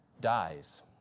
dies